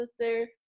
sister